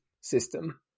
System